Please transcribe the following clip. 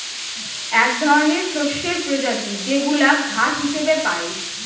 এক ধরনের শস্যের প্রজাতি যেইগুলা ঘাস হিসেবে পাই